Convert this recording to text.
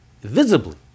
Visibly